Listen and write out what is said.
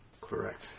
Correct